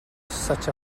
such